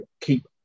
keep